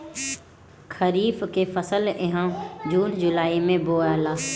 खरीफ के फसल इहा जून जुलाई में बोआला